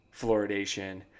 fluoridation